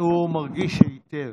הוא מרגיש טוב.